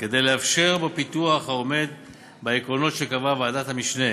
כדי לאפשר בו פיתוח העומד בעקרונות שקבעה ועדת המשנה